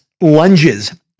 lunges